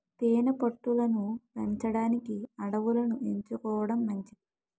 తేనె పట్టు లను పెంచడానికి అడవులను ఎంచుకోవడం మంచిది